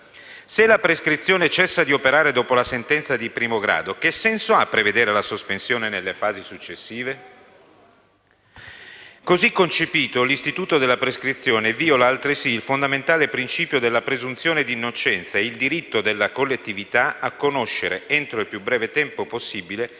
se la prescrizione cessa di operare dopo la sentenza di primo grado, che senso ha prevederne la sospensione nelle fasi successive? Così concepito, l'istituto della prescrizione viola altresì il fondamentale principio della presunzione di innocenza e il diritto della collettività a conoscere, entro il più breve tempo possibile,